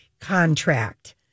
contract